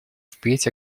впредь